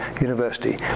university